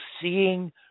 seeing